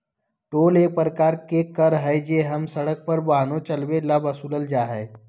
toll एक प्रकार के कर हई जो हम सड़क पर वाहन चलावे ला वसूलल जाहई